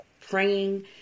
praying